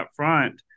upfront